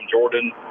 Jordan